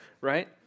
right